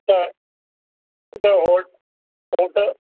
त त हो होटल